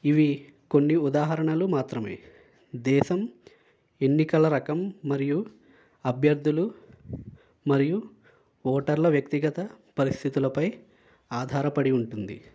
ఇవి కొన్ని ఉదాహరణలు మాత్రమే దేశం ఎన్నికల రకం మరియు అభ్యర్థులు మరియు ఓటర్ల వ్యక్తిగత పరిస్థితులపై ఆధారపడి ఉంటుంది